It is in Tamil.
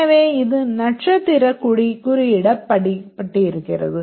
எனவே இது நட்சத்திர குறியிடப்படுகிறது